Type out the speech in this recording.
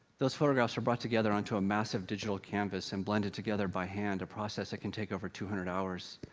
those photographs are brought together onto a massive digital canvas, and blended together by hand, a process that can take over two hundred hours.